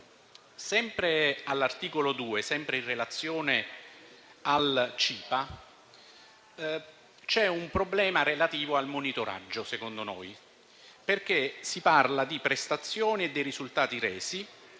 Sempre all'articolo 2 e sempre in relazione al Cipa, c'è un problema relativo al monitoraggio, secondo noi. Si parla di prestazioni e dei risultati resi,